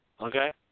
okay